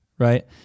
Right